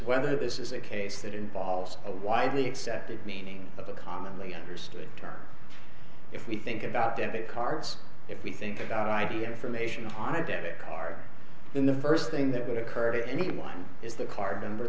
whether this is a case that involves a widely accepted meaning of the commonly understood terms if we think about debit cards if we think about id information on a debit card then the first thing that would occur to anyone is the card